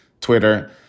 Twitter